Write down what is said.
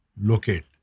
locate